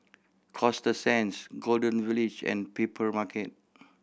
Coasta Sands Golden Village and Papermarket